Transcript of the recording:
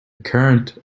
current